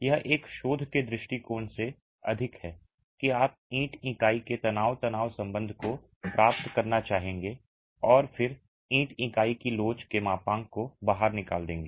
यह एक शोध के दृष्टिकोण से अधिक है कि आप ईंट इकाई के तनाव तनाव संबंध को प्राप्त करना चाहेंगे और फिर ईंट इकाई की लोच के मापांक को बाहर निकाल देंगे